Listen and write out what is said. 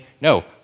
No